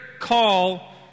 call